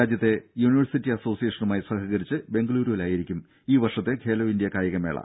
രാജ്യത്തെ യൂണിവേഴ്സിറ്റി അസോസിയേഷനുമായി സഹകരിച്ച് ബെങ്കലൂരുവിലായിരിക്കും ഈ വർഷത്തെ ഖേലോ ഇന്ത്യ കായിക മേള